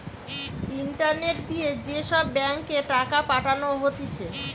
internet দিয়ে যে সব ব্যাঙ্ক এ টাকা পাঠানো হতিছে